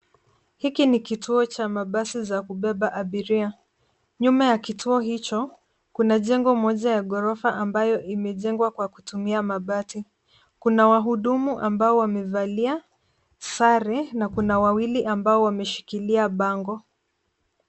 Hiki ni kituo cha mabasi ya kubeba abiria. Nyuma ya kituo hicho, kuna jengo moja la ghorofa ambalo limejengwa kwa kutumia mabati. Kuna wahudumu ambao wanasimamia na kukusanya nauli, na kuna wawili ambao wameshikilia bango.